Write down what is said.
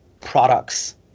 products